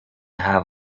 have